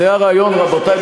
רבותי,